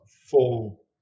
full